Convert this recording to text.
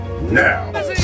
now